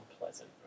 unpleasant